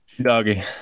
Doggy